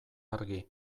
argi